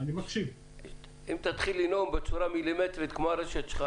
אם תתחיל לנאום בצורה מילימטרית כמו הרשת של,